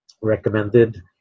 recommended